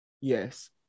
Yes